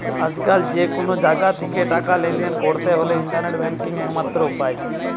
আজকাল যে কুনো জাগা থিকে টাকা লেনদেন কোরতে হলে ইন্টারনেট ব্যাংকিং একমাত্র উপায়